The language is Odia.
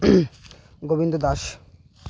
ଗୋବିନ୍ଦ ଦାସ